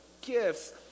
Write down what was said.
gifts